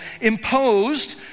imposed